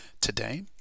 today